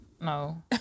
No